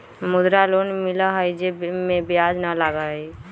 मुद्रा लोन मिलहई जे में ब्याज न लगहई?